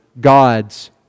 God's